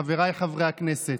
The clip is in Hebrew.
חבריי חברי הכנסת,